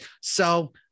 so-